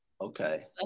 Okay